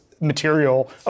material